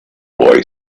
boy